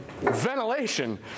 Ventilation